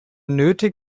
nötig